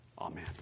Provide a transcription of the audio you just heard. Amen